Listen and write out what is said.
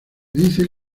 dice